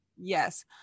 yes